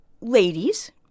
Ladies